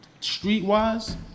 street-wise